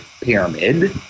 pyramid